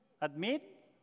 admit